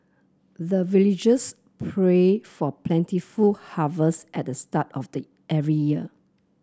the villagers pray for plentiful harvest at the start of every year